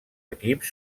equips